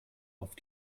auf